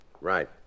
Right